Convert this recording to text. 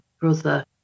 brother